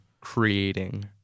creating